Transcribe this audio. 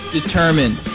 determined